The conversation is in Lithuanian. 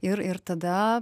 ir ir tada